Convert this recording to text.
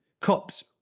COPs